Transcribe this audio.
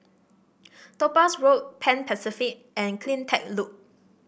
Topaz Road Pan Pacific and CleanTech Loop